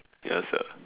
ya sia